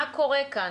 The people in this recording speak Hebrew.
מה קורה כאן?